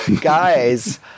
Guys